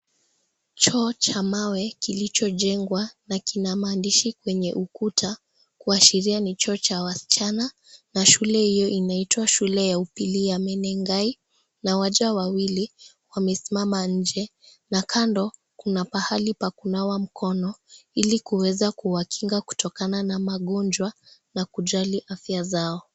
Choo cha mawe kilicho jengwa na kina maandishi kwenye ukuta kuashiria ni choo cha wasichana na shule hiyo inaitwa shule ya pili ya Menengai na waja wawili wamesimama nje na kando kuna pahali pa kunawa mkono ili kuweza kuwakinga kutokana na magonjwa na kujali afya zao